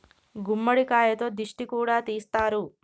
గుమ్మడికాయతో దిష్టి కూడా తీస్తారు